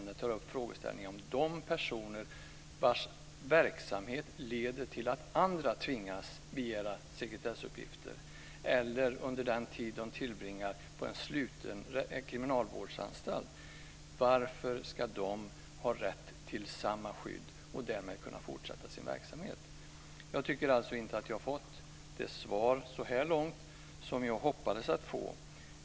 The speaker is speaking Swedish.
Den tar upp frågeställningen om de personer vilkas verksamhet leder till att andra tvingas begära sekretessbelagda personuppgifter. Det gäller också de personer som begär det under den tid de tillbringar på en sluten kriminalvårdsanstalt. Varför ska de har rätt till samma skydd och därmed kunna fortsätta sin verksamhet? Jag tycker inte att jag så här långt har fått det svar som jag hoppades att få.